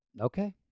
Okay